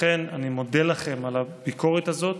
ולכן אני מודה לכם על הביקורת הזאת,